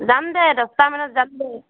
যাম দে দছটা মানত যাম দে